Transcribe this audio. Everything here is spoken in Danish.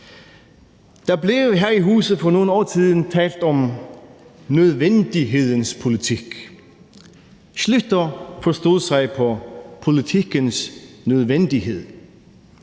Der blev her i huset for nogle år siden talt om nødvendighedens politik. Schlüter forstod sig på politikkens nødvendighed.